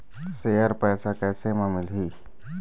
Share पैसा कैसे म मिलही?